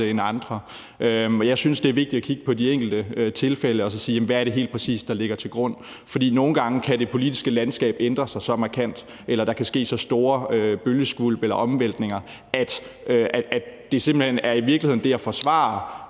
end andre. Jeg synes, det er vigtigt at kigge på de enkelte tilfælde og så sige: Hvad er det helt præcis, der ligger til grund? For nogle gange kan det politiske landskab ændre sig så markant, eller der kan ske så store bølgeskvulp eller omvæltninger, at det at forsvare